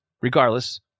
Regardless